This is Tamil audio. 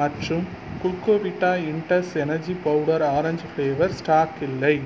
மற்றும் Glucovita instant energy powder orange powder stock இல்லை